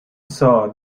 saw